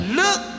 look